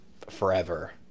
forever